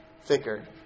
thicker